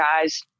guys